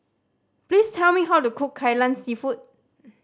please tell me how to cook Kai Lan Seafood